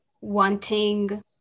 wanting